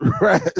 Right